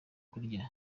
kurya